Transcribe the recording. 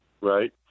Right